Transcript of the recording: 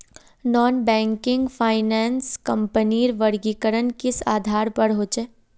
Non banking finance कंपनीर वर्गीकरण किस आधार पर होचे?